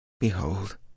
Behold